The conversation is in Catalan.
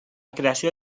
creació